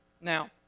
Now